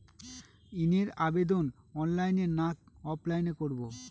ঋণের আবেদন অনলাইন না অফলাইনে করব?